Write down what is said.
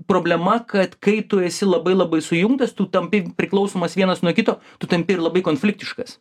problema kad kai tu esi labai labai sujungtas tu tampi priklausomas vienas nuo kito tu tampi ir labai konfliktiškas